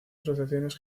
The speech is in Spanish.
asociaciones